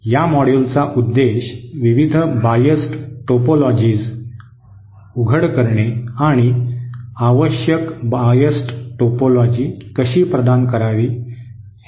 या मॉड्यूलचा उद्देश विविध बायस्ड टोपोलॉजीज उघड करणे आणि आवश्यक बायस्ड टोपोलॉजी कशी प्रदान करावी हे आहे